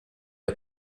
ihr